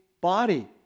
body